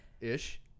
ish